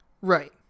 right